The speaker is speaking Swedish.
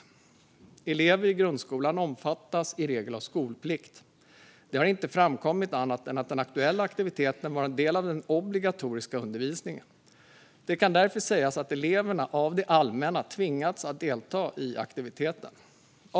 JO skriver: "Elever i grundskolan omfattas i regel av skolplikt. Det har inte framkommit annat än att den aktuella aktiviteten var en del av den obligatoriska undervisningen. Det kan därför sägas att eleverna av det allmänna har tvingats att delta i aktiviteten.